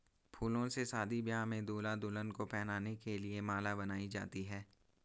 फूलों से शादी ब्याह में दूल्हा दुल्हन को पहनाने के लिए माला बनाई जाती है